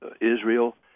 Israel